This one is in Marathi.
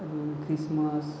अजून ख्रिसमस